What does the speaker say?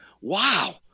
wow